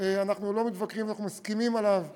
אנחנו לא מתווכחים, אנחנו מסכימים עליה לגמרי.